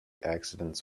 accidents